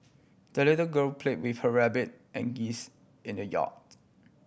the little girl played with her rabbit and geese in the yard